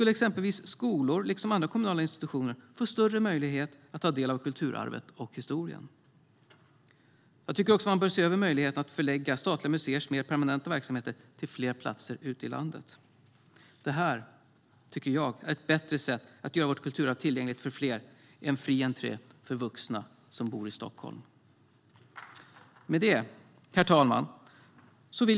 Exempelvis kan då skolor liksom andra kommunala institutioner få större möjlighet att ta del av kulturarvet och historien. Man bör också se över möjligheten att förlägga statliga museers mer permanenta verksamheter till fler platser i landet. Det här är ett bättre sätt att göra vårt kulturarv tillgängligt för fler än fri entré för vuxna som bor i Stockholm.